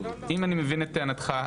אם אני מבין את טענתך,